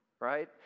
right